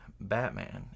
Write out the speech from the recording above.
Batman